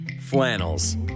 flannels